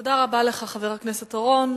תודה רבה לך, חבר הכנסת אורון.